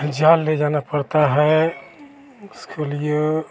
जाल ले जाना पड़ता है उसके लिए